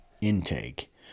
intake